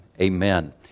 Amen